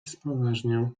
spoważniał